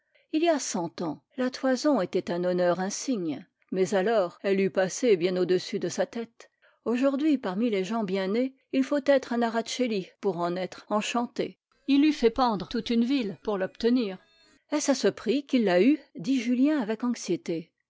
il y a cent ans la toison était un honneur insigne mais alors elle eût passé bien au-dessus de sa tête aujourd'hui parmi les gens bien nés il faut être un araceli pour en être enchanté il eût fait pendre toute une ville pour l'obtenir est-ce à ce prix qu'il l'a eue dit julien avec anxiété